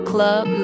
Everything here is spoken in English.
Club